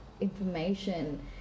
information